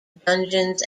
dungeons